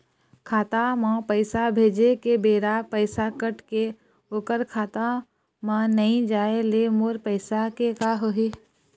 खाता म पैसा भेजे के बेरा पैसा कट के ओकर खाता म नई जाय ले मोर पैसा के का होही?